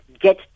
Get